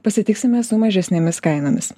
pasitiksime su mažesnėmis kainomis